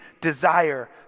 desire